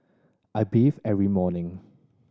I bathe every morning